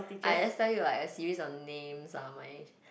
I just tell you like a series of names ah my